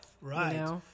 Right